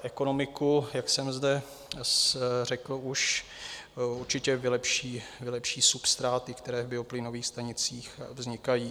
Ekonomiku, jak jsem zde řekl už, určitě vylepší substráty, které v bioplynových stanicích vznikají.